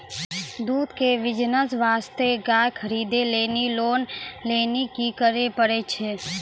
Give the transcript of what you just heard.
दूध के बिज़नेस वास्ते गाय खरीदे लेली लोन लेली की करे पड़ै छै?